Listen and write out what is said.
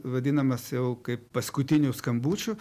vadinamas jau kaip paskutiniu skambučiu